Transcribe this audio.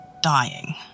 dying